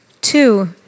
Two